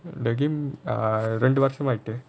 the game err ரெண்டு வருஷம் ஆயிட்டு:rendu varusham aayittu